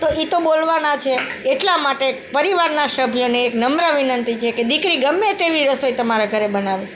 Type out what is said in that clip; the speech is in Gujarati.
તો એ તો બોલવાના છે એટલા માટે પરિવારના સભ્યને એક નમ્ર વિનંતી છે કે દીકરી ગમે તેવી રસોઈ તમારા ઘરે બનાવે